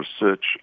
research